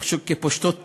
כפושטות טלפיים?